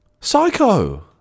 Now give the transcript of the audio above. Psycho